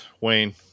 Wayne